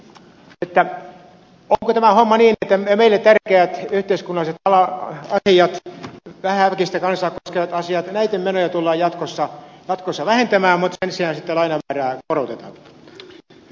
onko tämä homma niin että meille tärkeiden yhteiskunnallisten asioiden vähäväkistä kansaa koskevien asioiden menoja tullaan jatkossa vähentämään mutta sen sijaan sitten lainamäärää korotetaan